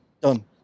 Done